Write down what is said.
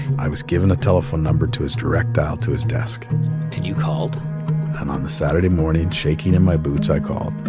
i was given a telephone number to his direct dial to his desk and you called? and on the saturday morning, shaking in my boots, i called.